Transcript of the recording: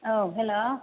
औ हेल'